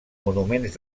monuments